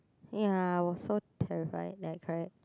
ya also terrify that correct